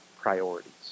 priorities